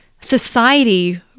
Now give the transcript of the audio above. society